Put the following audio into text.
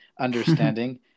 understanding